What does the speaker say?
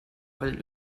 heulen